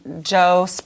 Joe